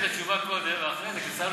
מקבלים את התשובה קודם ואחרי זה,